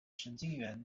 神经元